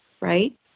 right